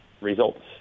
Results